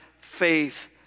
faith